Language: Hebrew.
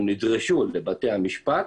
הם נדרשו לבתי המשפט,